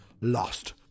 Lost